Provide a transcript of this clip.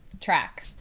track